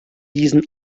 diesen